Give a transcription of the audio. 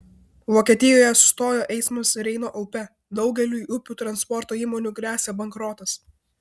vokietijoje sustojo eismas reino upe daugeliui upių transporto įmonių gresia bankrotas